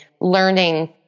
learning